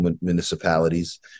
municipalities